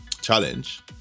challenge